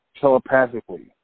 telepathically